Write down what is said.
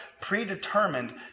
predetermined